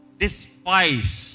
despise